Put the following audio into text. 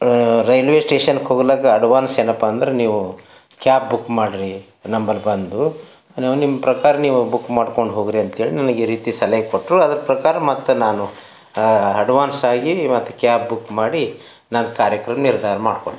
railway ಸ್ಟೇಷನ್ಗೆ ಹೋಗ್ಲಾಕ್ಕ advance ಏನಪ್ಪಾ ಅಂದ್ರೆ ನೀವು ಕ್ಯಾಬ್ ಬುಕ್ ಮಾಡಿರಿ ನಂಬಳಿ ಬಂದು ನಿಮ್ಮ ಪ್ರಕಾರ ನೀವು ಬುಕ್ ಮಾಡ್ಕೊಂಡು ಹೋಗ್ರಿ ಅಂಥೇಳಿ ನನಗಗೆ ಈ ರೀತಿ ಸಲಹೆ ಕೊಟ್ಟರು ಅದರ ಪ್ರಕಾರ ಮತ್ತ ನಾನು ಅಡ್ವಾನ್ಸಾಗಿ ಮತ್ತು ಕ್ಯಾಬ್ ಬುಕ್ ಮಾಡಿ ನನ್ನ ಕಾರ್ಯಕ್ರಮ ನಿರ್ಧಾರ ಮಾಡಿಕೊಂಡ